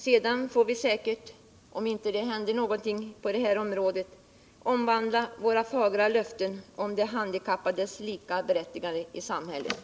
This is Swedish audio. Om det inte händer någonting positivt på detta område får vi säkerligen omvandla våra fagra löften om de handikappades likaberättigande i samhället.